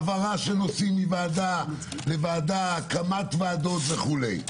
העברת נושאים מוועדה לוועדה, הקמת ועדות וכו'.